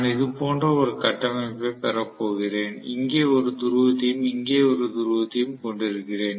நான் இது போன்ற ஒரு கட்டமைப்பைப் பெறப் போகிறேன் இங்கே ஒரு துருவத்தையும் இங்கே ஒரு துருவத்தையும் கொண்டிருக்கிறேன்